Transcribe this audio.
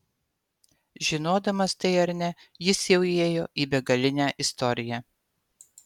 žinodamas tai ar ne jis jau įėjo į begalinę istoriją